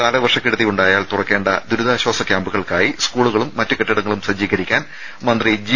കാലവർഷ കെടുതിയുണ്ടായാൽ തുറക്കേണ്ട ദുരിതാശ്വാസ ക്യാമ്പുകൾക്കായി സ്കൂളുകളും മറ്റ് കെട്ടിടങ്ങളും സജ്ജീകരിക്കാൻ മന്ത്രി ജി